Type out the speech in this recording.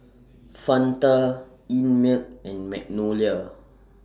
Fanta Einmilk and Magnolia